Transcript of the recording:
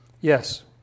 Yes